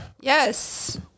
Yes